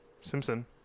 Simpson